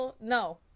No